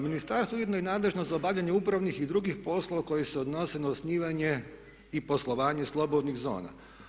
Ministarstvo je ujedno i nadležno za obavljanje upravnih i drugih poslova koji se odnose na osnivanje i poslovanje slobodnih zona.